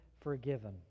forgiven